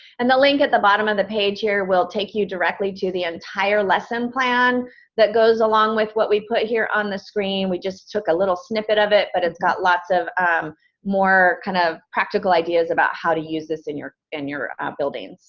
and the link at the bottom of and the page here will take you directly to the entire lesson plan that goes along with what we put here on the screen. we just took a little snippet of it, but it's got lots of more kind of practical ideas about how to use this in your in your buildings